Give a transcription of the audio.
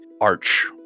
arch